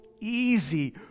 easy